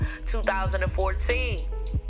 2014